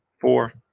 four